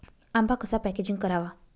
आंबा कसा पॅकेजिंग करावा?